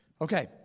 Okay